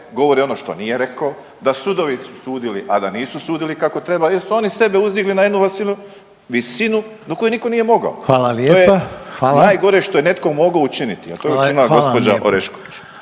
govori ono što nije rekao, da sudovi su sudili a da nisu sudili kako treba jer su oni sebe uzdigli na jednu visinu na koju nitko nije mogao. **Reiner, Željko (HDZ)** Hvala lijepa. …/Upadica Borić: To je najgore što je netko mogao učiniti, a to je učinila gospođa Orešković./…